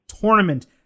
tournament